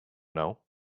know